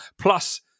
plus